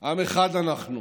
עם אחד אנחנו,